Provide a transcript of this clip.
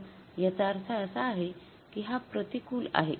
तर याचा अर्थ असा आहे की हा प्रतिकूल आहे